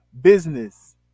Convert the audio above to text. Business